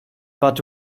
but